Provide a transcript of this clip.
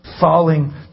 falling